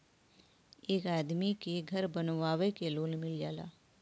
एक आदमी के घर बनवावे क लोन मिल जाला